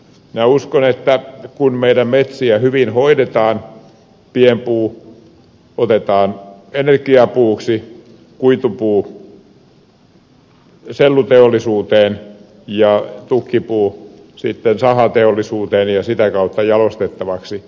minä uskon että kun meidän metsiämme hyvin hoidetaan pienpuu otetaan energiapuuksi kuitupuu selluteollisuuteen ja tukkipuu sahateollisuuteen ja sitä kautta jalostettavaksi